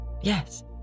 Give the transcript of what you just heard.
Yes